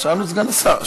שאלנו את סגן השר.